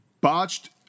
botched